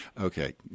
Okay